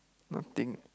nothing